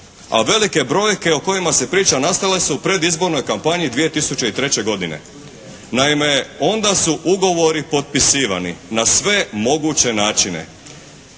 a velike brojke o kojima se priča nastale su u predizbornoj kampanji 2003. godine. Naime, onda su ugovori potpisivani na sve moguće načine.